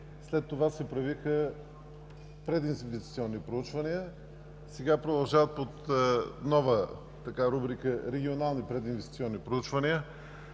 След това се правиха прединвестиционни проучвания, сега продължават под нова рубрика „регионални прединвестиционни проучвания“.